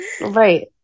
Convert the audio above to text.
Right